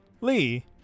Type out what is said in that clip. Lee